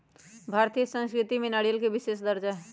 भारतीय संस्कृति में नारियल के विशेष दर्जा हई